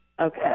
Okay